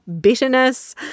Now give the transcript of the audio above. bitterness